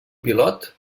pilot